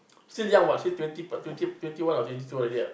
still young what still twenty plus twenty twenty one or twenty two already right